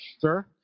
sir